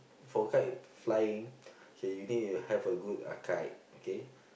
for kite flying okay you need to have a good uh kite okay